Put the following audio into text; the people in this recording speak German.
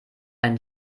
ein